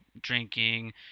drinking